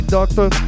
Doctor